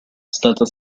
stata